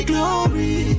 Glory